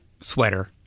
sweater